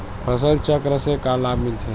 फसल चक्र से का लाभ मिलथे?